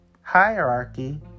hierarchy